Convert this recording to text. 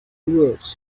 words